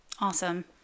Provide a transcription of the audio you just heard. Awesome